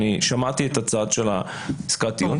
שמעתי את הצד של עסקת הטיעון,